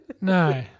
No